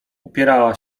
upierała